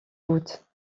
août